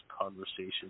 conversation